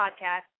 podcast